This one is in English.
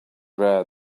rare